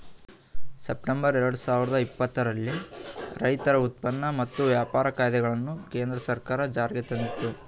September ಎರಡು ಸಾವಿರದ ಇಪ್ಪತ್ತರಲ್ಲಿ ರೈತರ ಉತ್ಪನ್ನ ಮತ್ತು ವ್ಯಾಪಾರ ಕಾಯ್ದೆಗಳನ್ನು ಕೇಂದ್ರ ಸರ್ಕಾರ ಜಾರಿಗೆ ತಂದಿತು